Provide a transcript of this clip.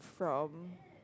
from